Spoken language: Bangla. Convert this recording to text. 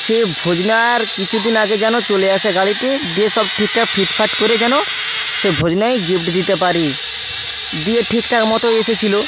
সে ভোজনার কিছু দিন আগে যেন চলে আসে গাড়িটি দিয়ে সব ঠিকঠাক ফিটফাট করে যেন সেই ভোজনায় গিফট দিতে পারি দিয়ে ঠিকঠাক মতো এসেছিল